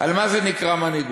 על מה זה נקרא מנהיגות.